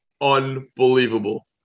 unbelievable